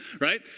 right